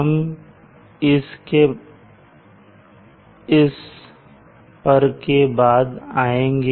हम इस पर बाद में आएँगे